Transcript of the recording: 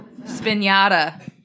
Spinata